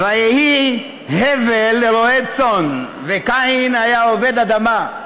"ויהי הבל רֹעה צאן, וקין היה עֹבד אדמה.